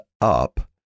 up